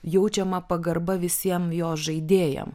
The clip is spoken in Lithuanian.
jaučiama pagarba visiem jo žaidėjam